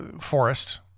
forest